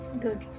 Good